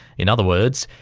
in other words,